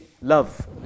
Love